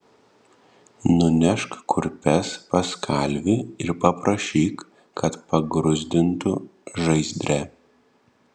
nunešk kurpes pas kalvį ir paprašyk kad pagruzdintų žaizdre